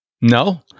No